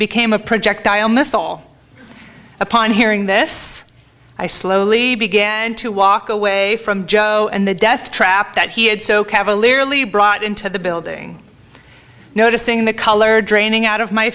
became a projectile missile upon hearing this i slowly began to walk away from joe and the death trap that he had so cavalierly brought into the building noticing the color draining out of my